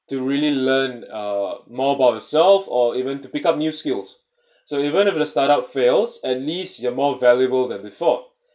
to really learn uh more about yourself or even to pick up new skills so even if the startup fails at least you are more valuable than before